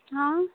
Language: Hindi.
हाँ